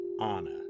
Anna